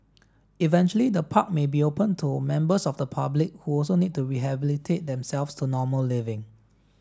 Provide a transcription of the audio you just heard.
eventually the park may be open to members of the public who also need to rehabilitate themselves to normal living